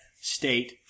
State